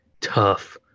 tough